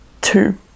two